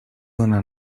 una